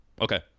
Okay